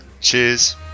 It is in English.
cheers